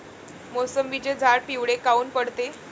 मोसंबीचे झाडं पिवळे काऊन पडते?